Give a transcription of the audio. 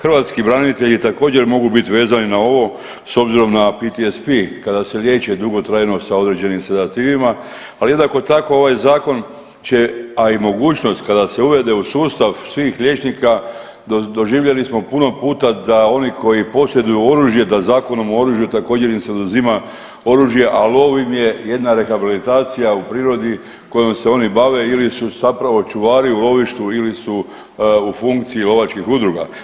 Hrvatski branitelji također mogu bit vezani na ovo s obzirom na PTSP kada se liječe dugotrajno sa određenim sedativima, ali jednako tako ovaj zakon će, a i mogućnost kada se uvede u sustav svih liječnika, doživjeli smo puno puta da oni koji posjeduju oružje da Zakonom o oružju također im se oduzima oružje, al ovim je jedna rehabilitacija u prirodi kojom se oni bave ili su zapravo čuvari u lovištu ili su u funkciju lovačkih udruga.